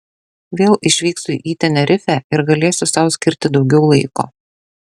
vėl išvyksiu į tenerifę ir galėsiu sau skirti daugiau laiko